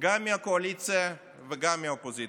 גם מהקואליציה וגם מהאופוזיציה: